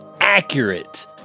accurate